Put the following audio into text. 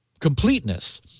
completeness